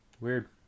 Weird